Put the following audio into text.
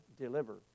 deliver